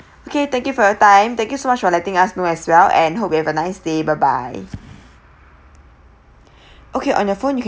okay thank you for your time thank you so much for letting us know as well and hope you have a nice day bye bye okay on your phone you can